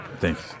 Thanks